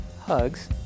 hugs